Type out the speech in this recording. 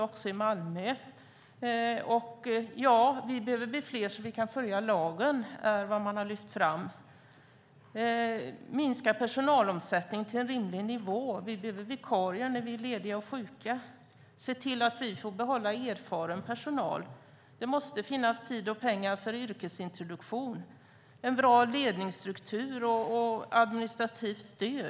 Man har bland annat lyft fram att man behöver bli fler för att kunna följa lagen. Personalomsättningen behöver minskas till en rimlig nivå. Man behöver vikarier när några är lediga eller sjuka. Man har ställt krav på att man ska få behålla erfaren personal. Det måste finnas tid och pengar för yrkesintroduktion, en bra ledningsstruktur och administrativt stöd.